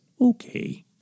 okay